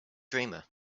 dreamer